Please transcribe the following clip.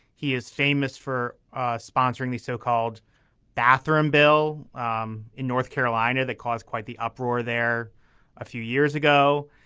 he is famous for sponsoring these so-called bathroom bill um in north carolina that caused quite the uproar there a few years ago.